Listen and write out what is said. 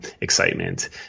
excitement